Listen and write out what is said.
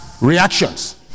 reactions